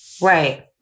right